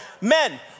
Men